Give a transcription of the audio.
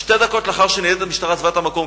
שתי דקות לאחר שניידת המשטרה עזבה את המקום,